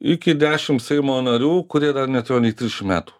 iki dešim seimo narių kurie yra netoli trišim metų